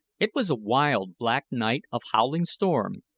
it was a wild, black night of howling storm,